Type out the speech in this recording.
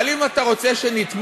אבל אם אתה רוצה שנתמוך,